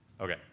Okay